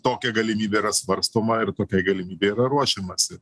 tokia galimybė yra svarstoma ir tokiai galimybei yra ruošiamasi